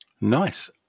Nice